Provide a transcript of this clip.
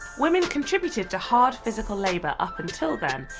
women contributed to hard physical labour up until then,